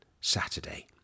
Saturday